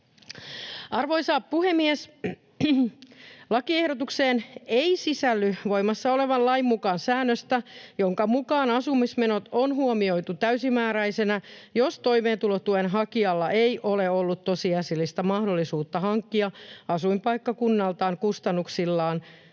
Arvoisa puhemies! Lakiehdotukseen ei sisälly voimassa olevan lain mukaan säännöstä, jonka mukaan asumismenot on huomioitu täysimääräisinä, jos toimeentulotuen hakijalla ei ole ollut tosiasiallista mahdollisuutta hankkia asuinpaikkakunnaltaan kustannuksiltaan